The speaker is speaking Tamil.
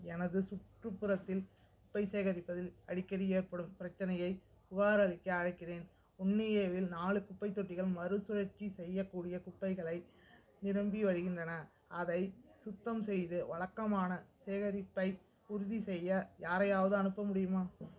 எனது சுற்றுப்புறத்தில் குப்பை சேகரிப்பதில் அடிக்கடி ஏற்படும் பிரச்சனையைப் புகாரளிக்க அழைக்கிறேன் ஒன்னு ஏவில் நாலு குப்பைத் தொட்டிகள் மறுசுழற்சி செய்யக்கூடிய குப்பைகளை நிரம்பி வழிகின்றன அதை சுத்தம் செய்து வழக்கமான சேகரிப்பை உறுதிசெய்ய யாரையாவது அனுப்ப முடியுமா